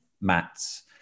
mats